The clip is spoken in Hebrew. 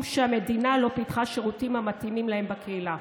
שהמדינה לא פיתחה שירותים המתאימים להם בקהילה.